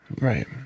Right